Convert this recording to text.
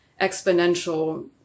exponential